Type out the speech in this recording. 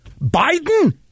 Biden